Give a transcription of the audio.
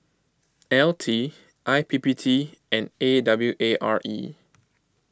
L T I P P T and A W A R E